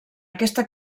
aquesta